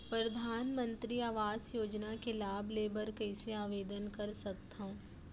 परधानमंतरी आवास योजना के लाभ ले बर कइसे आवेदन कर सकथव?